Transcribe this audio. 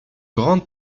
grande